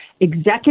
executive